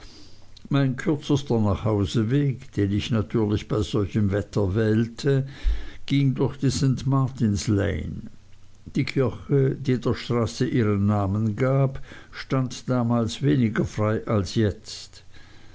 mein kürzester nachhauseweg den ich natürlich bei solchem wetter wählte ging durch die saint martins lane die kirche die der straße ihren namen gibt stand damals weniger frei als jetzt